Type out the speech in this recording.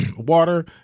water